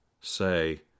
say